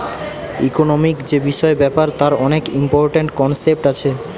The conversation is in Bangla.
ইকোনোমিক্ যে বিষয় ব্যাপার তার অনেক ইম্পরট্যান্ট কনসেপ্ট আছে